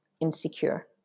insecure